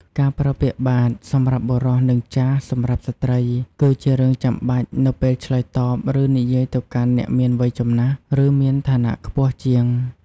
ការប្រើពាក្យ បាទ សម្រាប់បុរស និង ចាស៎ សម្រាប់ស្ត្រី គឺជារឿងចាំបាច់នៅពេលឆ្លើយតប ឬនិយាយទៅកាន់អ្នកមានវ័យចំណាស់ ឬមានឋានៈខ្ពស់ជាង។